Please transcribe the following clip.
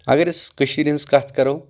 اگر أسۍ کٔشیٖرِ ہنٛز کتھ کرو